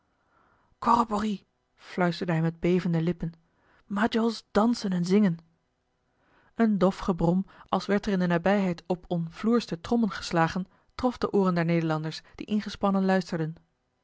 corroborrie fluisterde hij met bevende lippen majols dansen en zingen een dof gebrom als werd er in de nabijheid op omfloerste trom men geslagen trof de ooren der nederlanders die ingespannen luisterden